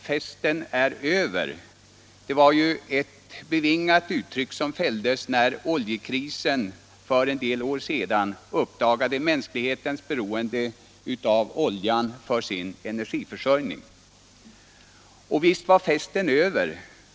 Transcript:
”Festen är över” var ett bevingat uttryck som fälldes när oljekrisen för en del år sedan uppdagade mänsklighetens beroende av oljan för sin energiförsörjning. Och visst var festen över.